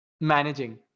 managing